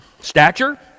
stature